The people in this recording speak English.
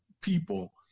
people